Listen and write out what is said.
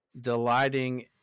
delighting